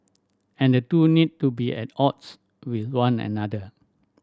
and the two need to be at odds with one another